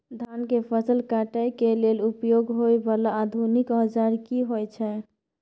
धान के फसल काटय के लिए उपयोग होय वाला आधुनिक औजार की होय छै?